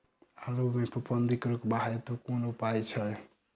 आलु मे फफूंदी रुकबाक हेतु कुन उपाय छै?